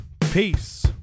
peace